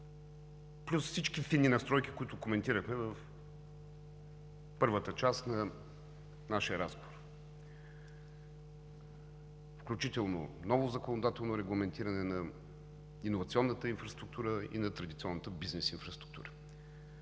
плюс всички фини настройки, които коментирахме в първата част на нашия разговор, включително ново законодателно регламентиране на иновационната инфраструктура и на традиционната бизнес инфраструктура;